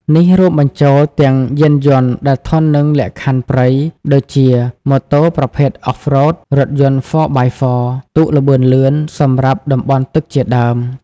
នេះរួមបញ្ចូលទាំង យានយន្តដែលធន់នឹងលក្ខខណ្ឌព្រៃ ដូចជា ម៉ូតូប្រភេទ Off-road រថយន្ត ហ្វ័រ បាយ ហ្វ័រ 4x4 ទូកល្បឿនលឿនសម្រាប់តំបន់ទឹកជាដើម។